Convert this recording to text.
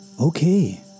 Okay